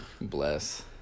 Bless